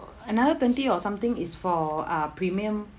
another twenty or something is for uh premium